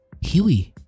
Huey